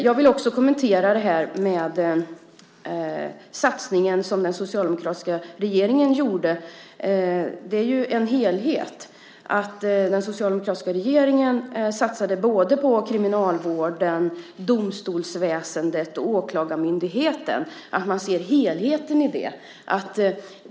Jag vill också kommentera den satsning som den socialdemokratiska regeringen gjorde. Det handlar om en helhet. Den socialdemokratiska regeringen satsade på både kriminalvården, domstolsväsendet och åklagarmyndigheten. Man ser helheten i det.